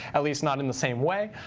at least not in the same way.